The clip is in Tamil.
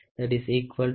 Main scale reading 3